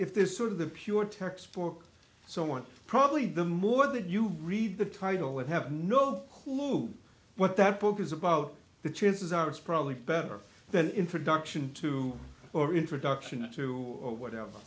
if there's sort of the pure text for someone probably the more that you read the title and have no clue what that book is about the chances are it's probably better than introduction to or introduction to or whatever